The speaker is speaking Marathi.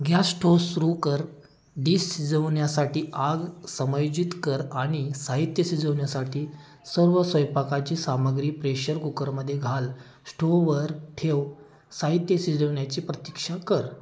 ग्यास स्टोव सुरू कर डिश शिजवण्यासाठी आग समायोजित कर आणि साहित्य शिजवण्यासाठी सर्व स्वयंपाकाची सामग्री प्रेशर कुकरमध्ये घाल स्टोववर ठेव साहित्य शिजवण्याची प्रतीक्षा कर